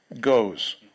goes